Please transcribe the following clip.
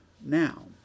now